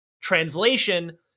Translation